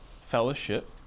fellowship